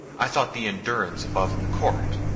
i thought thee in durance above in the court.